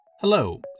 Hello